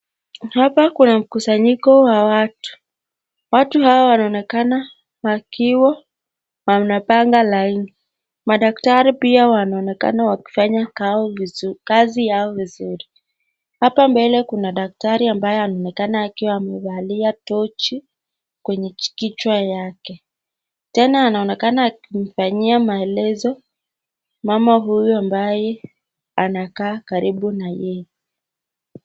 Hapa kuna mkusanyiko wa watu watu hawa wanaonekana wakiwa wanapanga laini madktari pia wanaonekana wakifanya kao